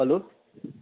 hello